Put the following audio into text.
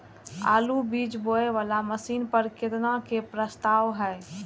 आलु बीज बोये वाला मशीन पर केतना के प्रस्ताव हय?